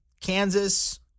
Kansas